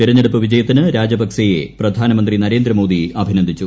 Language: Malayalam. തിരഞ്ഞെടുപ്പ് വിജയത്തിന് രാജപകസയേ പ്രധാനമന്ത്രി നരേന്ദ്രമോദി അഭിനന്ദിച്ചു